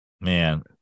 Man